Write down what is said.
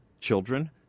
children